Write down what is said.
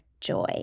joy